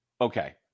Okay